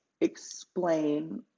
explain